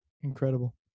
incredible